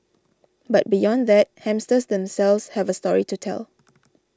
but beyond that hamsters themselves have a story to tell